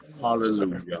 Hallelujah